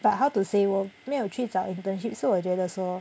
but how to say 我没有去找 internship so 我觉得说